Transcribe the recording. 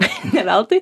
ne veltui